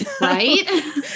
Right